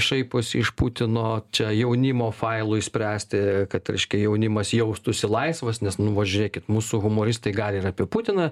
šaiposi iš putino čia jaunimo failui spręsti kad reiškia jaunimas jaustųsi laisvas nes nu va žiūrėkit mūsų humoristai gali ir apie putiną